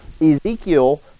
ezekiel